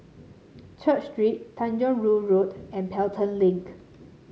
Church Street Tanjong Rhu Road and Pelton Link